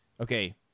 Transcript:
okay